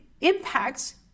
impacts